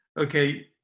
Okay